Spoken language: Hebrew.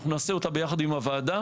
אנחנו נעשה אותם יחד עם הוועדה.